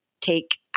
take